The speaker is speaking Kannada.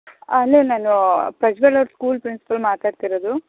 ಹಲೊ ನಾನು ಪ್ರಜ್ವಲ್ ಅವ್ರ ಸ್ಕೂಲ್ ಪ್ರಿನ್ಸಿಪಲ್ ಮಾತಾಡ್ತಿರೋದು